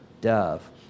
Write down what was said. dove